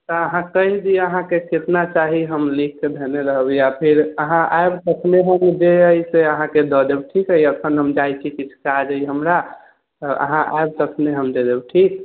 तऽ अहाँ कहि दिअऽ अहाँकेँ कितना चाही हम लिखके धेने रहब या फेर अहाँ आएब तखने हम जे अछि से अहाँकेँ दऽ देब ठीक अछि अखन हम जाइत छी किछु काज अछि हमरा तऽ अहाँ आएब तखने हम दे देब ठीक